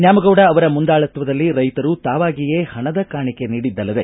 ನ್ಯಾಮಗೌಡ ಅವರ ಮುಂದಾಳತ್ವದಲ್ಲಿ ರೈತರು ತಾವಾಗಿಯೇ ಹಣದ ಕಾಣಿಕೆ ನೀಡಿದ್ದಲ್ಲದೆ